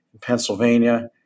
Pennsylvania